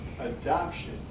adoption